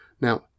Now